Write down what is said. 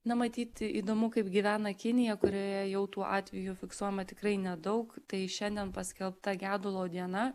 na matyt įdomu kaip gyvena kinija kurioje jau tų atvejų fiksuojama tikrai nedaug tai šiandien paskelbta gedulo diena